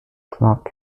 clark